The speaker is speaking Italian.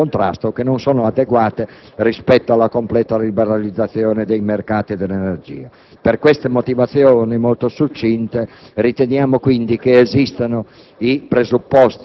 che oggi si pongono in contrasto o che non sono adeguate rispetto alla completa liberalizzazione dei mercati dell'energia. Per queste motivazioni molto succinte, riteniamo che esistano